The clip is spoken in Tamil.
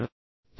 வேண்டும்